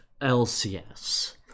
LCS